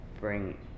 bring